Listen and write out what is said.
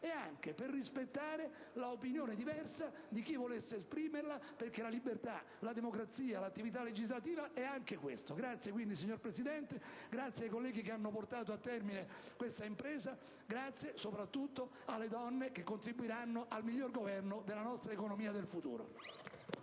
seconda: per rispettare l'opinione diversa di chi volesse esprimerla, perché la libertà, la democrazia e l'attività legislativa sono anche questo. Grazie, signor Presidente. Grazie ai colleghi che hanno portato a termine questa impresa. Grazie, soprattutto, alle donne, che contribuiranno al miglior governo della nostra economia del futuro.